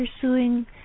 pursuing